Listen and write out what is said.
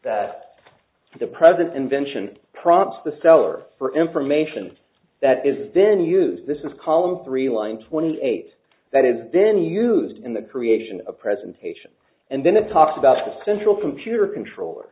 that the present invention prompts the seller for information that is then used this is column three line twenty eight that is then used in the creation of a presentation and then it talks about the central computer control